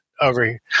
over